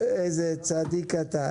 איזה צדיק אתה.